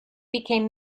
became